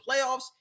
playoffs